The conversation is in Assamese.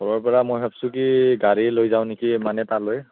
ঘৰৰ পৰা মই ভাবিছো কি গাড়ী লৈ লওঁ নেকি মানে তালৈ